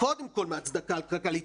קודם כל מההצדקה הכלכלית,